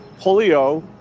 polio